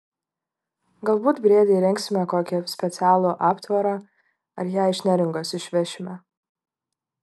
galbūt briedei įrengsime kokį specialų aptvarą ar ją iš neringos išvešime